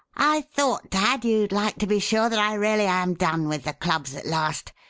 i thought, dad, you'd like to be sure that i really am done with the clubs at last.